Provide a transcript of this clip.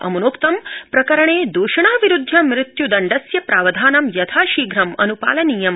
अमुनोक्तं प्रकरणे दोषिण विरूदधय मृत्युदण्डस्य प्रावधानं यथाशीघ्रम् अनुपालनीयम्